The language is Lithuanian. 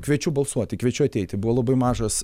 kviečiu balsuoti kviečiu ateiti buvo labai mažas